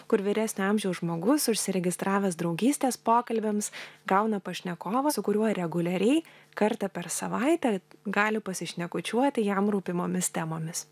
kur vyresnio amžiaus žmogus užsiregistravęs draugystės pokalbiams gauna pašnekovą su kuriuo reguliariai kartą per savaitę gali pasišnekučiuoti jam rūpimomis temomis